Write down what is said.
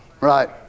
Right